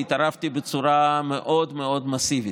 והתערבתי בצורה מאוד מאוד מסיבית.